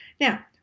Now